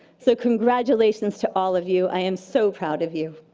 so congratulations to all of you. i am so proud of you.